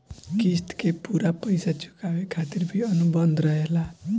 क़िस्त के पूरा पइसा चुकावे खातिर भी अनुबंध रहेला